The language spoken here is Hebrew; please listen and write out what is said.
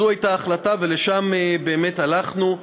זו הייתה ההחלטה, ולשם באמת הלכנו.